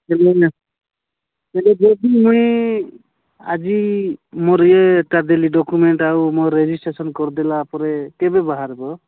ହେଲେ ମୁଇଁ ଆଜି ମୋର ଇ ଟା ଦେଲି ଡକୁମେଣ୍ଟ ଆଉ ମୋର ରେଜିଷ୍ଟ୍ରେସନ କରିଦେଲା ପରେ କେବେ ବାହାରିବ